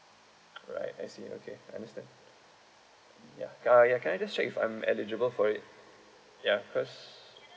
alright I see okay understand ya ah ya can I just check if I'm eligible for it ya first